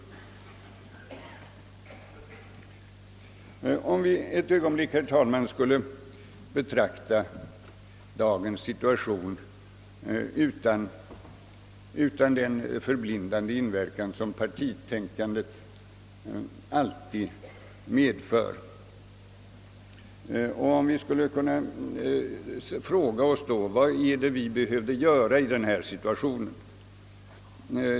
Låt oss nu ett ögonblick, herr talman, betrakta dagens situation utan den förblindande inverkan som partitänkandet alltid har och låt oss fråga: Vad behöver vi göra i denna situation?